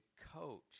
coach